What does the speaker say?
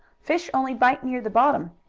fish only bite near the bottom.